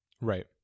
Right